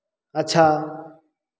अच्छा